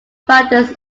founders